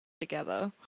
together